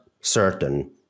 certain